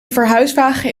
verhuiswagen